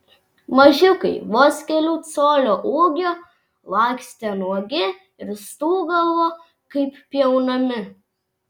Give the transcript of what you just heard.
mažiukai vos kelių colių ūgio lakstė nuogi ir stūgavo kaip pjaunami